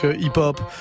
hip-hop